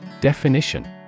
Definition